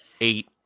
eight